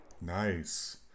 Nice